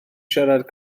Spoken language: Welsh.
siarad